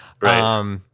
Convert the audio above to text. Right